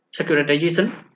Securitization